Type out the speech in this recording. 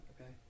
Okay